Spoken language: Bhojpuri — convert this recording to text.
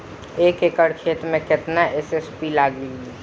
एक एकड़ खेत मे कितना एस.एस.पी लागिल?